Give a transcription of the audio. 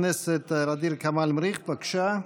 כמאל מריח, בבקשה,